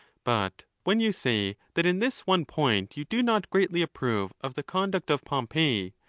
but when you say that in this one point you do not greatly approve of the conduct of pompey,